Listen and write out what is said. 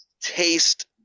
taste